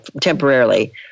temporarily